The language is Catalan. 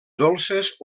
dolces